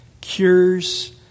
cures